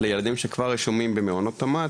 לילדים שכבר רשומים במעונות תמ"ת,